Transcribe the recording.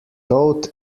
toad